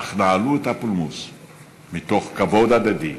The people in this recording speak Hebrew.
אך נהלו את הפולמוס מתוך כבוד הדדי,